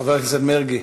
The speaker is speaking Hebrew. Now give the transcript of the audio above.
חבר הכנסת מרגי,